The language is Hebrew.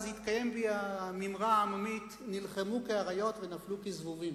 אז תתקיים בי המימרה העממית: נלחמו כאריות ונפלו כזבובים.